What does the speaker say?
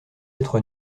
être